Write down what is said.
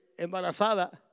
embarazada